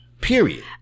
period